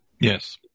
Yes